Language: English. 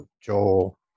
Joel